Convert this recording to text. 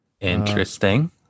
Interesting